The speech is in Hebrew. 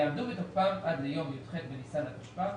יעמדו בתוקפם עד ליום י"ח בניסן התלשפ"א